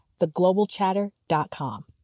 theglobalchatter.com